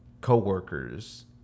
coworkers